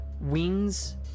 wings